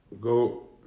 Go